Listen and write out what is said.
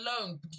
alone